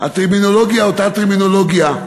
הטרמינולוגיה אותה טרמינולוגיה,